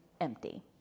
empty